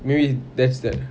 maybe that's that